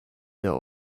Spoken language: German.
der